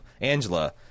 Angela